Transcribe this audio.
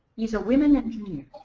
these are women engineers.